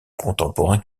contemporains